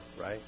right